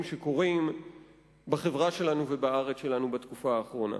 שקורים בחברה שלנו ובארץ שלנו בתקופה האחרונה.